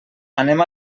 anem